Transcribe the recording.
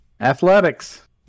Athletics